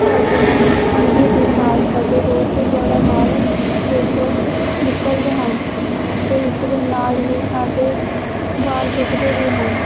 ਝੜਦੇ ਹਨ ਕੰਘੀ ਦੇ ਨਾਲ ਸਾਡੇ ਬਹੁਤ ਜ਼ਿਆਦਾ ਵਾਲ ਸਿਰ ਤੋਂ ਨਿਕਲਦੇ ਹਨ ਅਤੇ ਇਸ ਦੇ ਨਾਲ ਹੀ ਸਾਡੇ ਵਾਲ ਦੁੱਖਦੇ ਵੀ ਹਨ